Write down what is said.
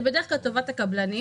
וזה בדרך כלל לטובת הקבלנים,